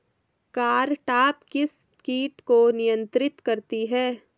Cartap किस किट को नियंत्रित करती है?